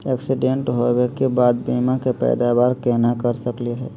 Accident होवे के बाद बीमा के पैदावार केना कर सकली हे?